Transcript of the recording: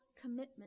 commitment